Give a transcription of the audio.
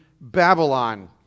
Babylon